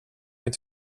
inte